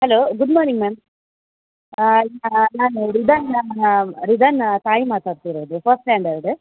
hello good morning ma'am ನಾನು ರಿದನ್ ರಿದನ್ ತಾಯಿ ಮಾತಾಡ್ತಿರೋದು ಫಸ್ಟ್ ಸ್ಟ್ಯಾಂಡರ್ಡ್